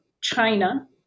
China